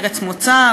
ארץ מוצא,